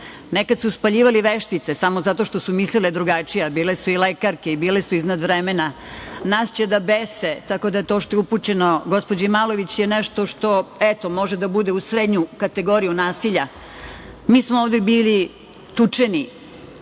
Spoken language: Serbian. Nekad su spaljivali veštice samo zato što su mislile drugačije, a bile su i lekarke i bile su iznad vremena. Nas će da bese. Tako da to što je upućeno gospođi Malović je nešto što može da bude u srednju kategoriju nasilja. Mi smo ovde bili tučeni.